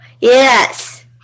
Yes